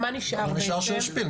לא נשאר שם שפיל.